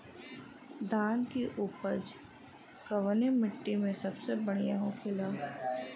धान की उपज कवने मिट्टी में सबसे बढ़ियां होखेला?